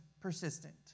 persistent